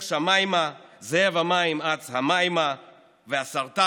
שמיימה / זאב המים אץ המימה / והסרטן,